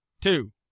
Two